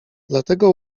dlatego